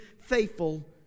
faithful